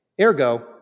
Ergo